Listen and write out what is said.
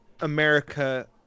America